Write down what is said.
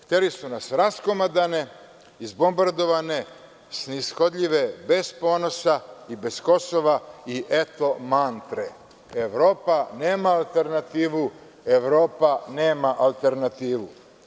Hteli su nas raskomadane, izbombardovane, snishodljive, bez ponosa i bez Kosova i eto mantre – Evropa nema alternativu.